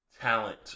talent